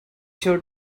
sure